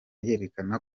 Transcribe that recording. yerekana